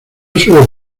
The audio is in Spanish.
suele